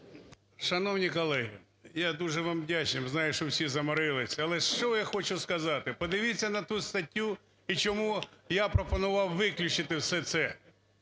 Шановні колеги, я дуже вам вдячний, знаю, що всі заморились, але, що я хочу сказати. Подивіться на ту статтю і чому я пропонував виключити все це.